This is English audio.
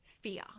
fear